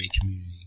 community